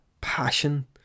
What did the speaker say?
passion